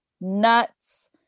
nuts